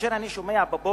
כאשר אני שומע בבוקר,